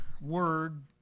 word